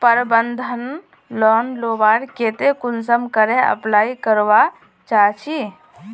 प्रबंधन लोन लुबार केते कुंसम करे अप्लाई करवा चाँ चची?